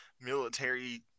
military